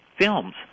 films